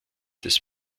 des